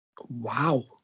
Wow